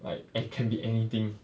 like it can be anything